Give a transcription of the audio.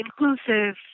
inclusive